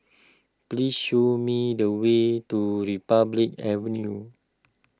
please show me the way to Republic Avenue